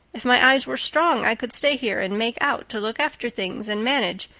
if my eyes were strong i could stay here and make out to look after things and manage,